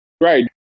Right